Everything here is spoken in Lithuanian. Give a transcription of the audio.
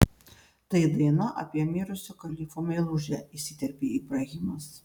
tai daina apie mirusio kalifo meilužę įsiterpė ibrahimas